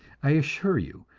i assure you.